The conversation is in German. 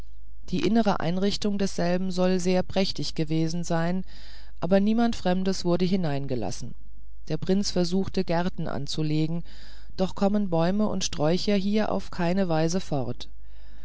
die innere einrichtung desselben soll sehr prächtig gewesen sein aber niemand fremdes wurde hineingelassen der prinz versuchte gärten anzulegen doch kommen bäume und sträucher hier auf keine weise fort